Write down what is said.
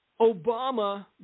Obama